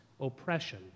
oppression